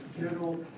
General